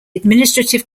administrative